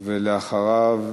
אחריו,